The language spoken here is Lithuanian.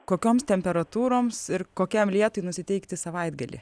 kokioms temperatūroms ir kokiam lietui nusiteikti savaitgalį